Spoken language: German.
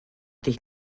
dich